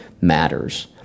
matters